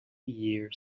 year